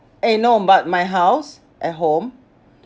eh no but my house at home